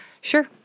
Sure